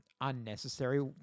unnecessary